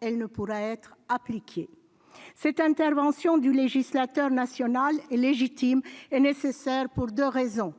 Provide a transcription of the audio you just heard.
elle ne peut être appliquée. Cette intervention du législateur national est légitime et nécessaire pour deux raisons.